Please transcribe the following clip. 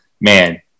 Man